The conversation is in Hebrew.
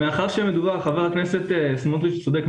חבר הכנסת סמוטריץ' צודק,